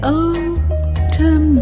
autumn